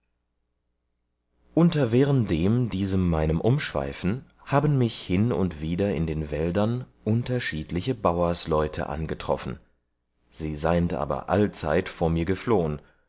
unter währendem diesem meinem umschweifen haben mich hin und wieder in den wäldern unterschiedliche bauersleute angetroffen sie seind aber allzeit vor mir geflohen